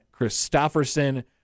Christofferson